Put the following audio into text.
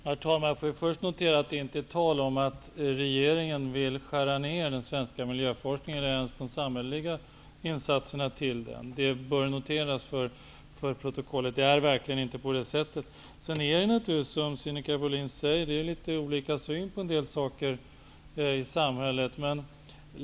Herr talman! Får jag först notera att det inte är tal om att regeringen vill skära ned på den svenska miljöforskningen eller ens de samhälleliga insatserna till den. Det bör noteras till protokollet. Det är verkligen inte på det sättet. Naturligtvis råder det litet olika syn på saker i samhället.